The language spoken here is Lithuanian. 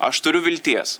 aš turiu vilties